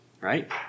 right